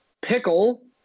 Pickle